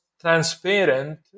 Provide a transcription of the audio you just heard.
transparent